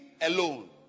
alone